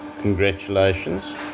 Congratulations